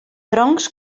troncs